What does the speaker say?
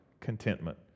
contentment